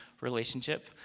relationship